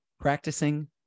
practicing